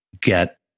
get